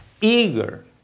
eager